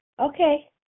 Okay